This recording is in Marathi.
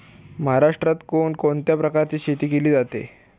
महाराष्ट्रात कोण कोणत्या प्रकारची शेती केली जाते?